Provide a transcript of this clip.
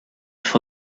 for